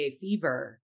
fever